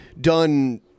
done—